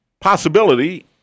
possibility